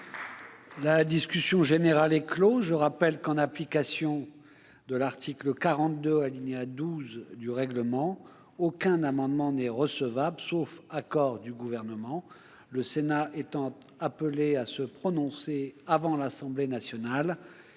la commission mixte paritaire. Je rappelle que, en application de l'article 42, alinéa 12, du règlement, aucun amendement n'est recevable, sauf accord du Gouvernement ; en outre, étant appelé à se prononcer avant l'Assemblée nationale,